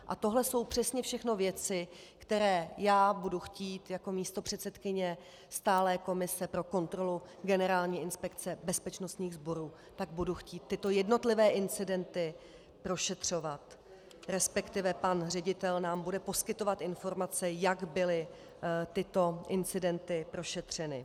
A tohle jsou přesně všechno věci, které já budu chtít jako místopředsedkyně stálé komise pro kontrolu Generální inspekce bezpečnostních sborů, budu chtít tyto jednotlivé incidenty prošetřovat, resp. pan ředitel nám bude poskytovat informace, jak byly tyto incidenty prošetřeny.